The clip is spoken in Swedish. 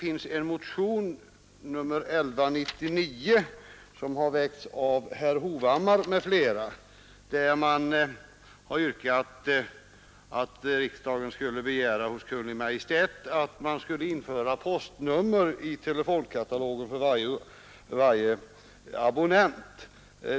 I motionen 1199, som har väckts av herr Hovhammar m.fl., har yrkats att riksdagen skall begära hos Kungl. Maj:t att postnummer skall införas i telefonkatalogen för varje abonnent.